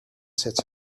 sits